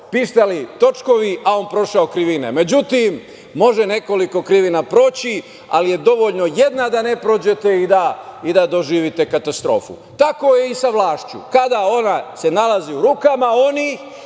pištali točkovi, a on prošao krivine. Međutim, može nekoliko krivina proći, ali je dovoljna jedna da ne prođete i da doživite katastrofu. Tako je i sa vlašću kada se nalazi u rukama onih